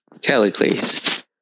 Callicles